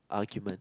argument